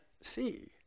see